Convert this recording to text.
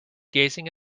gazing